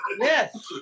Yes